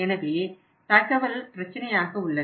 எனவே தகவல் பிரச்சினையாக உள்ளது